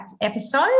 episode